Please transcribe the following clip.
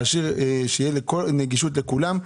שתהיה נגישות לכולם,.